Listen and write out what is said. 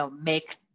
make